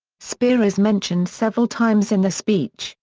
speer is mentioned several times in the speech,